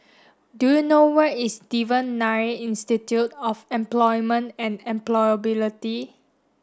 do you know where is Devan Nair Institute of Employment and Employability